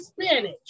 spinach